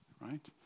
right